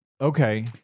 okay